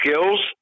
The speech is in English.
skills